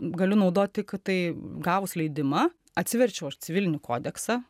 galiu naudot tik tai gavus leidimą atsiverčiau aš civilinį kodeksą